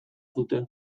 dute